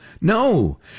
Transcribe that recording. no